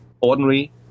ordinary